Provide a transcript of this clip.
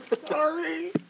sorry